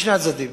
משני הצדדים.